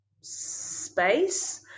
space